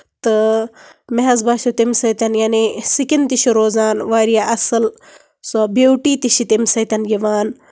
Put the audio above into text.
تہٕ مےٚ حظ باسیو تَمہِ سۭتۍ یعنی سِکِن تہِ چھُ روزان واریاہ اَصٕل سۄ بیوٹی تہِ چھِ تَمہِ سۭتۍ یِوان